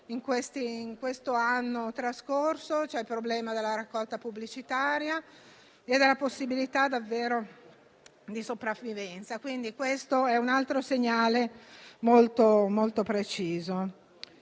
in questo anno trascorso, con il problema della raccolta pubblicitaria e della possibilità di sopravvivenza. Questo è quindi un altro segnale molto preciso.